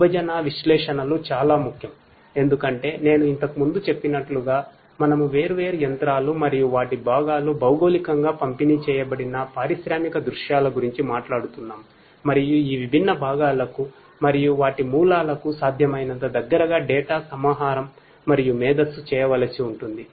విభాజన విశ్లేషణలు చాలా ముఖ్యం ఎందుకంటే నేను ఇంతకుముందు చెప్పినట్లుగా మనము వేర్వేరు యంత్రాలు మరియు వాటి భాగాలు భౌగోళికంగా పంపిణీ చేయబడిన పారిశ్రామిక దృశ్యాల గురించి మాట్లాడుతున్నాము మరియు ఈ విభిన్న భాగాలకు మరియు వాటి మూలాలకు సాధ్యమైనంత దగ్గరగా డేటా సమాహారం మరియు మేధస్సు చేయవలసి ఉంటుంది